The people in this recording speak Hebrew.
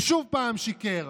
ושוב שיקר.